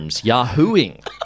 yahooing